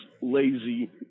lazy